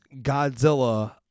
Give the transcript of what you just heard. Godzilla